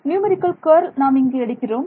numerical curl நாம் இங்கு எடுக்கிறோம்